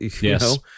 Yes